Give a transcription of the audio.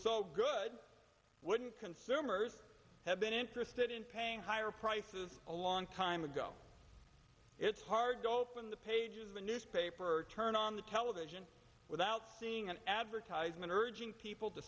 so good wouldn't consumers have been interested in paying higher prices a long time ago it's hard to open the pages of a newspaper or turn on the television without seeing an advertisement urging people to